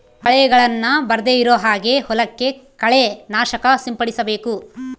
ಕಳೆಗಳನ್ನ ಬರ್ದೆ ಇರೋ ಹಾಗೆ ಹೊಲಕ್ಕೆ ಕಳೆ ನಾಶಕ ಸಿಂಪಡಿಸಬೇಕು